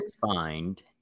find